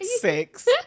six